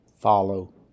Follow